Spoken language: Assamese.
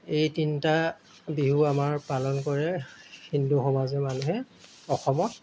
এই তিনিটা বিহু আমাৰ পালন কৰে হিন্দু সমাজৰ মানুহে অসমত